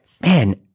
man